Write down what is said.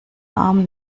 arm